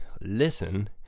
listen